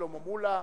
שלמה מולה.